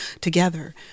together